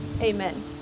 Amen